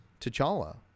T'Challa